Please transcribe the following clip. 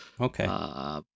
Okay